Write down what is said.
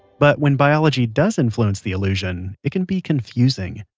but when biology does influence the illusion, it can be confusing.